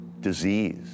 disease